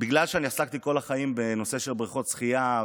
בגלל שעסקתי כל החיים בנושא של בריכות שחייה,